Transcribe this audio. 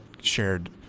shared